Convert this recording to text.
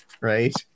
Right